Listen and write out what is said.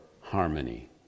harmony